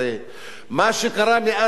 מה שקרה מאז ועד היום,